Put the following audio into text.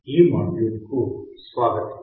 ఈ మాడ్యూల్కు స్వాగతం